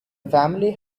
family